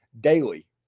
Daily